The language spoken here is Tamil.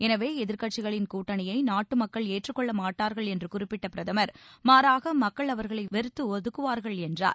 எனவே எதிர்க்கட்சிகளின் கூட்டணியை நாட்டு மக்கள் ஏற்றுக் கொள்ள மாட்டார்கள் என்று குறிப்பிட்ட பிரதமர் மாறாக மக்கள் அவர்களை வெறுத்து ஒதுக்குவார்கள் என்றார்